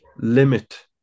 limit